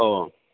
ओ